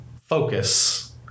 focus